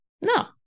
no